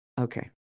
okay